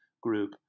group